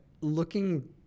looking